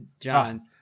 John